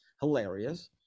hilarious